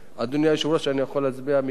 אדוני היושב-ראש, אני יכול להצביע מכאן?